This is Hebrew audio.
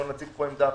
לא נציג פה עמדה אחרת,